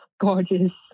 gorgeous